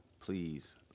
please